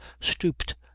stooped